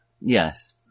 Yes